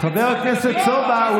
חבר הכנסת סובה,